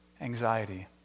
anxiety